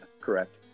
correct